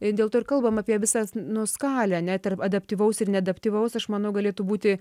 dėl to ir kalbam apie visą nu skalę net ir adaptyvaus ir neadaptyvaus aš manau galėtų būti